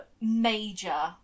major